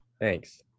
Thanks